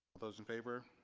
those in favor